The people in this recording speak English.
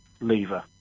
lever